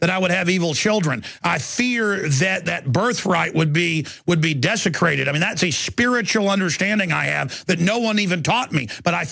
that i would have evil children i fear that that birthright would be would be desecrated i mean that's a spiritual understanding i have that no one even taught me but i